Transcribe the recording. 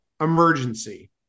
Emergency